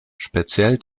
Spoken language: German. speziell